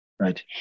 Right